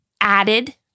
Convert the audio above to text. added